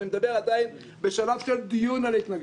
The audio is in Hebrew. אני עדיין מדבר על השלב של דיון על ההתנגדויות.